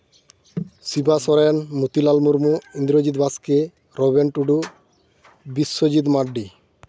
Siba Soren Motilal Murmu Indrajit Baske Robin Tudu Biswajit Mardi